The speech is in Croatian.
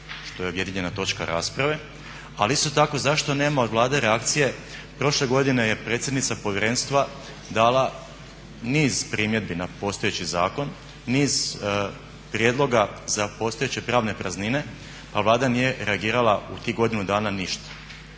što je objedinjena točka rasprave, ali isto tako zašto nema od Vlade reakcije prošle godine je predsjednica Povjerenstva dala niz primjedbi na postojeći zakon, niz prijedloga za postojeće pravne praznine, a Vlada nije reagirala u tih godinu dana ništa.